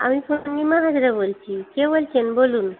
আমি পূর্ণিমা হাজরা বলছি কে বলছেন বলুন